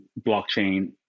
blockchain